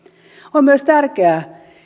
on myös tärkeää